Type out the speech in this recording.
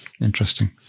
interesting